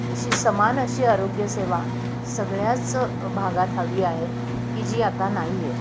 अशी समान अशी आरोग्यसेवा सगळ्याच भागात हवी आहे की जी आता नाही आहे